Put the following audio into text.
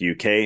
UK